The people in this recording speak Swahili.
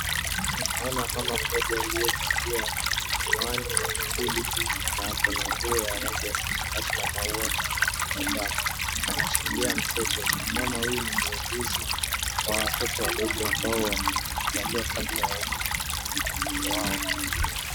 Tunaona mama mmoja aliyevalia miwani na kipuli na ako na nguo ya samawati na maua ya dhahabu, anashkilia mtoto. Mama huyu ni muuguzi wa watoto ambao wamezaliwa kabla ya umri wao.